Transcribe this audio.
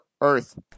Earth